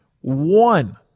one